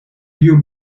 you